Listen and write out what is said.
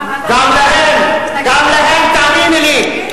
גם להם, גם להם, תאמיני לי.